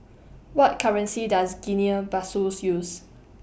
What currency Does Guinea Bissau use